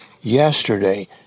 Yesterday